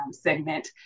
segment